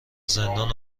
زندان